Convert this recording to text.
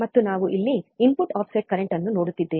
ಮತ್ತು ಇಲ್ಲಿ ನಾವು ಇನ್ಪುಟ್ ಆಫ್ಸೆಟ್ ಕರೆಂಟ್ ಅನ್ನು ನೋಡುತ್ತಿದ್ದೇವೆ